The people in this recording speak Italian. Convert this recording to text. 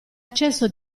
accesso